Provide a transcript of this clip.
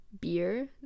beer